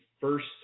first